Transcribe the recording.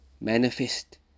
manifest